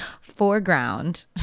foreground